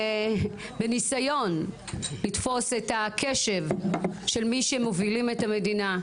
בניסיון לתפוס את הקשב של מי שמובילים את המדינה,